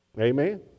Amen